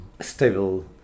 stable